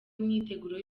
imyiteguro